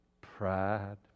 Pride